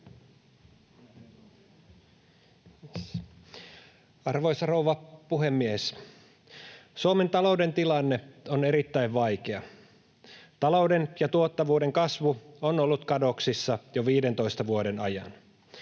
Arvoisa rouva puhemies! Suomen talouden tilanne on erittäin vaikea. Talouden ja tuottavuuden kasvu on ollut kadoksissa jo 15 vuoden ajan.